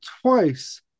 twice